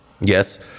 yes